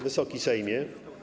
Wysoki Sejmie!